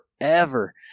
forever